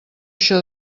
això